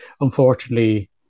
Unfortunately